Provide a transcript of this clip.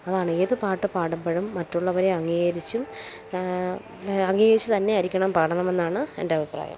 അതാണ് ഏത് പാട്ട് പാടുമ്പോഴും മറ്റുള്ളവരെ അംഗീകരിച്ചും അംഗീകരിച്ച് തന്നെയായിരിക്കണം പാടണമെന്നാണ് എന്റെ അഭിപ്രായം